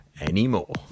Anymore